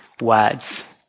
words